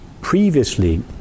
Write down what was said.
Previously